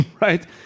Right